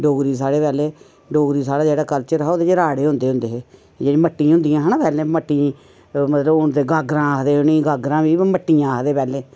डोगरी साढ़े पैह्ले डोगरी साढ़ा जेह्ड़ा कल्चर हा ओह्दे च राड़े होंदे हुंदे हे जेह्ड़ियां मट्टियां हुंदियां हिना पैह्ले मट्टियें गी मतलब हून ते गागरां आखदे उ'नेंगी पर गागरां बी पर मट्टियां आखदे पैह्ले